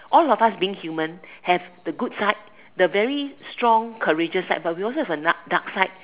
all of us being human have the good side the very strong courageous side but we also have the dark dark